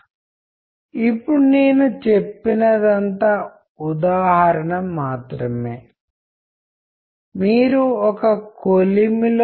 కాబట్టి చాలా సాధారణ స్థాయిలో నేను ఆంగ్ల భాషలో ఎన్కోడింగ్ చేస్తున్నాను మరియు మీరు ఆంగ్ల భాషలో డీకోడింగ్ చేస్తున్నారు